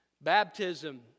Baptism